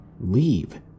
Leave